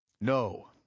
No